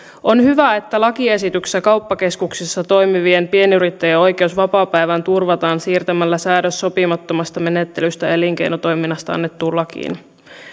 on hyvä että lakiesityksessä kauppakeskuksissa toimivien pienyrittäjien oikeus vapaapäivään turvataan siirtämällä säädös sopimattomasta menettelystä elinkeinotoiminnasta annettuun lakiin